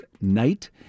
night